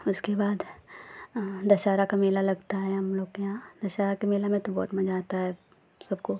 उसके बाद दशहरा का मेला लगता है हमलोगों के यहाँ दशहरे के मेले में तो बहुत मज़ा आता है सबको